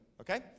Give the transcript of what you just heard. okay